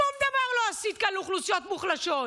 שום דבר לא עשית כאן לאוכלוסיות מוחלשות.